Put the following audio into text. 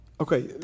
Okay